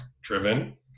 driven